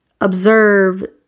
observe